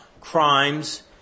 Crimes